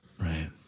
Right